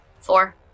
four